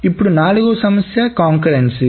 ఇప్పుడు నాలుగో సమస్య కంకరెన్సీ